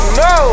no